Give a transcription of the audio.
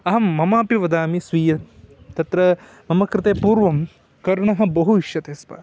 अहं ममापि वदामि स्वीय तत्र मम कृते पूर्वं कर्णः बहु इष्यते स्म